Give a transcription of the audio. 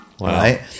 right